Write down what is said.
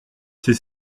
ces